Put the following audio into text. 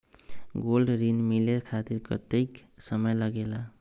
Gold ऋण मिले खातीर कतेइक समय लगेला?